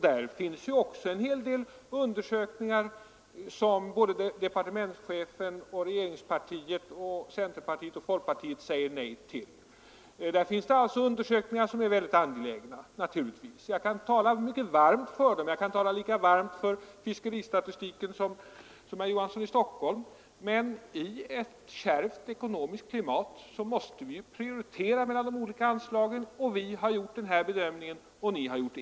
Det finns också en hel del undersökningar som såväl departementschefen och regeringspartiet som centerpartiet och folkpartiet säger nej till. Dessa undersökningar är naturligtvis mycket angelägna, och jag kan tala mycket varmt för dem — jag kan tala lika varmt för fiskeristatistiken som herr Olof Johansson i Stockholm gjort. Men i ett kärvt ekonomiskt klimat måste vi prioritera de olika anslagen. Vi har gjort den här bedömningen och ni har gjort er.